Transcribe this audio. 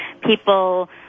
people